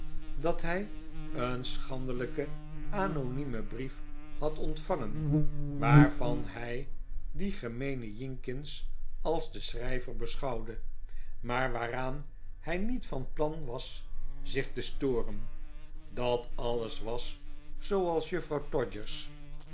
dat hij een schandelijken anonymen brief had ontvangen waarvan hij dien gemeenen jinkins als den schrijver beschouwde maar waaraan hij niet van plan was zich te storen dat alles was